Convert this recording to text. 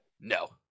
No